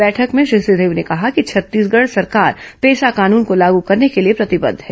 बैठक में श्री सिंहदेव ने कहा कि छत्तीसगढ़ सरकार पेसा कानून को लागू करने के लिए प्रतिबद्ध है